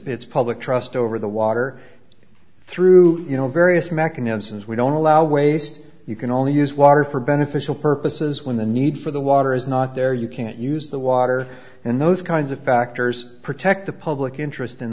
s public trust over the water through you know various mechanisms we don't allow waste you can only use water for beneficial purposes when the need for the water is not there you can't use the water in those kinds of factors protect the public interest in